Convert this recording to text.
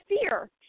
fear